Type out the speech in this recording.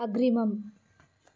अग्रिमम्